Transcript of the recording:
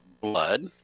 blood